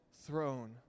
throne